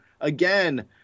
again